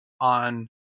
on